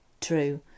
true